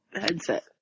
headset